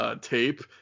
tape